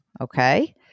okay